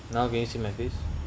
now can you see my face